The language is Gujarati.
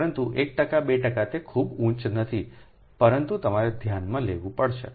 પરંતુ 1 2તે ખૂબ ઉચ્ચ નથી પરંતુ તમારે ધ્યાનમાં લેવું પડશે